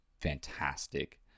fantastic